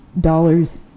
dollars